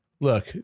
look